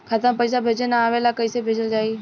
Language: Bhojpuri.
खाता में पईसा भेजे ना आवेला कईसे भेजल जाई?